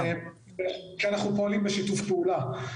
כי אנחנו פועלים בשיתוף פעולה.